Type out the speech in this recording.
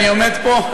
אני עומד פה,